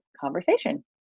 conversation